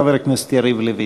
חבר הכנסת יריב לוין.